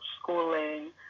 schooling